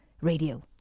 Radio